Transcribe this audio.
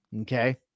Okay